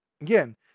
Again